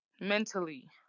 Mentally